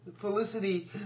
Felicity